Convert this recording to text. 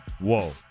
Whoa